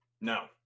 No